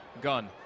gun